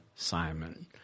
Simon